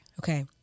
Okay